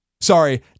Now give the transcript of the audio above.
Sorry